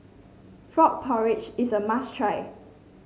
Frog Porridge is a must try